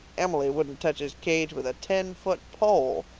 emily wouldn't touch his cage with a ten-foot pole.